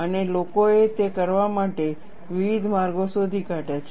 અને લોકોએ તે કરવા માટે વિવિધ માર્ગો શોધી કાઢ્યા છે